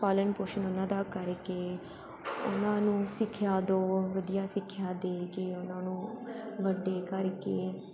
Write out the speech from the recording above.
ਪਾਲਣ ਪੋਸ਼ਣ ਉਹਨਾਂ ਦਾ ਕਰਕੇ ਉਹਨਾਂ ਨੂੰ ਸਿੱਖਿਆ ਦਓ ਵਧੀਆ ਸਿੱਖਿਆ ਦੇ ਕੇ ਉਹਨਾਂ ਨੂੰ ਵੱਡੇ ਕਰਕੇ